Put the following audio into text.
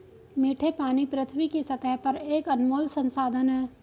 मीठे पानी पृथ्वी की सतह पर एक अनमोल संसाधन है